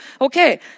Okay